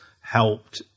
helped